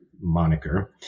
moniker